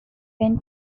when